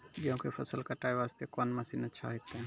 गेहूँ के फसल कटाई वास्ते कोंन मसीन अच्छा होइतै?